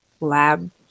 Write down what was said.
lab